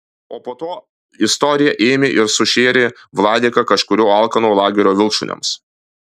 o po to istorija ėmė ir sušėrė vladiką kažkurio alkano lagerio vilkšuniams